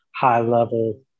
high-level